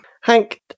Hank